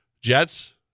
Jets